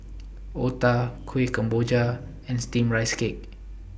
Otah Kuih Kemboja and Steamed Rice Cake